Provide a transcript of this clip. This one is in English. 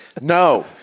No